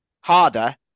harder